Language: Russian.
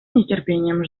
нетерпением